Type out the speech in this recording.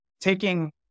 taking